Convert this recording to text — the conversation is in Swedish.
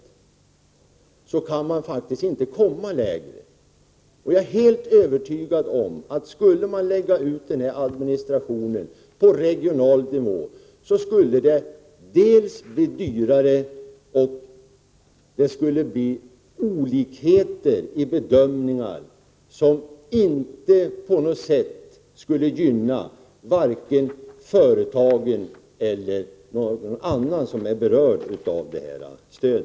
Lägre kan man faktiskt inte komma. Jag är helt övertygad om att administrationen skulle bli dyrare om den lades ut på regional nivå. Dessutom skulle det kunna uppstå olikheter i bedömningen, som inte på något sätt skulle gynna vare sig företagen eller någon annan som är berörd av detta stöd.